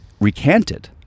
recanted